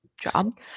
Job